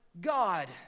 God